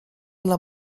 dla